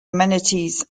amenities